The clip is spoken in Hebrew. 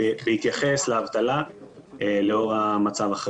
באופן זמני לאור האירוע,